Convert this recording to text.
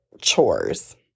chores